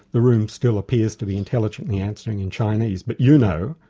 the room still appears to be intelligently answering in chinese, but you know,